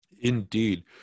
Indeed